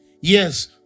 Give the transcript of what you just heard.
yes